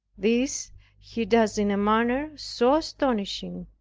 this he does in a manner so astonishing,